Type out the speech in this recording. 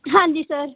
ਹਾਂਜੀ ਸਰ